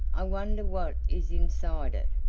i wonder what is inside it,